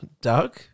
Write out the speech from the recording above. Doug